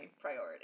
priority